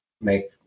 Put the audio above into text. make